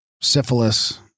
syphilis